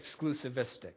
exclusivistic